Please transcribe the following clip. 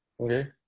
Okay